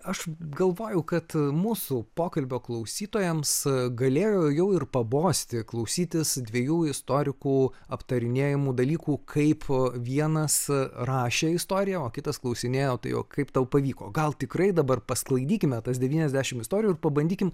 aš galvoju kad mūsų pokalbio klausytojams galėjo jau ir pabosti klausytis dviejų istorikų aptarinėjamų dalykų kaip vienas rašė istoriją o kitas klausinėjo tai o kaip tau pavyko gal tikrai dabar pasklaidykime tas devyniasdešimt istorijų ir pabandykim